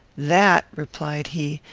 that, replied he,